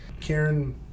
Karen